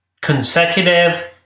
consecutive